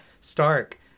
Stark